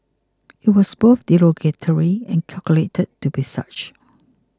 it was both derogatory and calculated to be such